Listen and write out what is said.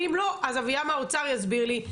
ואם לא, אז אביה מהאוצר יסביר לי.